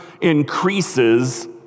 increases